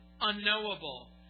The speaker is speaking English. unknowable